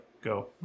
go